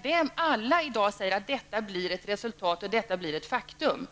säger alla i dag att det blir resultatet, detta blir ett faktum.